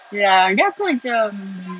ya then aku macam mm